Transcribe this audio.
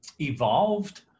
evolved